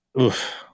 oof